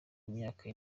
imyaka